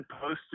posted